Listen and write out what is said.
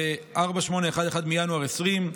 ו-4811 מינואר 2020,